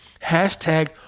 hashtag